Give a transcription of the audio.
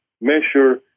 measure